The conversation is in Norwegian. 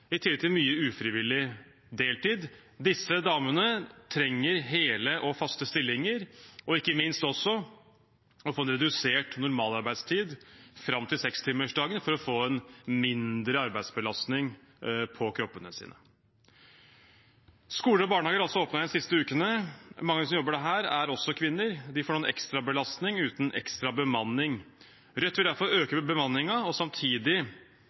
i tillegg til mye ufrivillig deltid. Disse damene trenger hele og faste stillinger og ikke minst å få en redusert normalarbeidstid – fram til sekstimersdagen – for å få mindre arbeidsbelastning på kroppen sin. Skoler og barnehager har også åpnet igjen de siste ukene. Mange av dem som jobber her, er også kvinner. De får nå en ekstra belastning uten ekstra bemanning. Rødt vil derfor øke